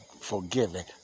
forgiven